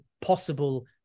possible